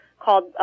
called